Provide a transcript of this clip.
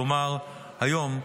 כלומר היום,